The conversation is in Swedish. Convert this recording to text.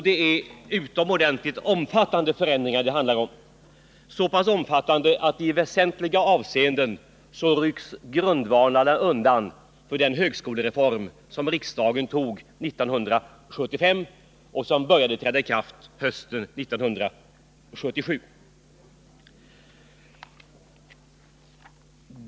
Det är utomordentligt omfattande förändringar. I väsentliga avseenden rycks grundvalarna undan för den högskolereform som riksdagen antog 1975 och som började träda i kraft hösten 1977.